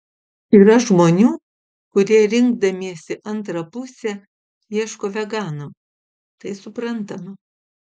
yra žmonių kurie rinkdamiesi antrą pusę ieško vegano tai suprantama